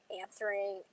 answering